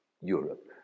Europe